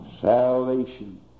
Salvation